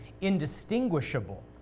indistinguishable